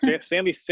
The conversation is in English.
Sammy